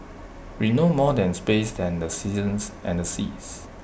we know more than space than the seasons and the seas